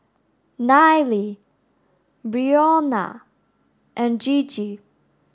Nile Brionna and Gigi